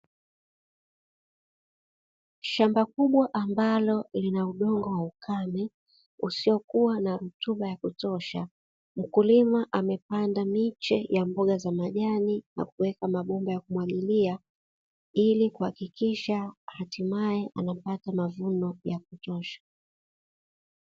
Shamba kubwa lenye udongo mkavu ,usiokuwa na rutuba ya kutosha, mkulima amepanda miche ya mboga mboga na kuweka mabomba ya kumwagilia, ili kuhakikisha anapata mavuno ya kutosha.